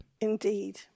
Indeed